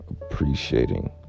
appreciating